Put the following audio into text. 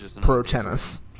pro-tennis